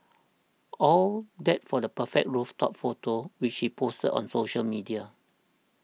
all that for the perfect rooftop photo which he posted on social media